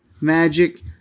Magic